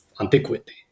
antiquity